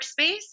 workspace